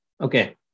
Okay